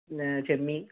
ചെമ്മീൻ